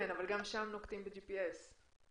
גם שם נוקטים ב-GPS?